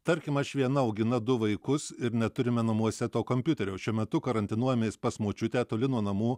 tarkim aš viena augina du vaikus ir neturime namuose to kompiuterio šiuo metu karantinuojamės pas močiutę toli nuo namų